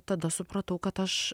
tada supratau kad aš